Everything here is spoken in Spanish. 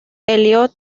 elliot